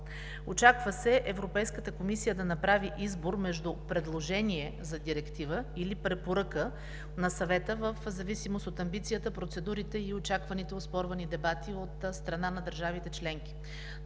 Очаква се Европейската комисия да направи избор между предложение за директива или препоръка на Съвета в зависимост от амбицията, процедурите и очакваните оспорвани дебати от страна на държавите членки.